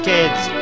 Kids